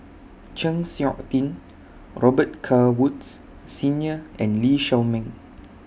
Chng Seok Tin Robet Carr Woods Senior and Lee Shao Meng